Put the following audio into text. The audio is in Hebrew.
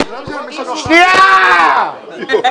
תודה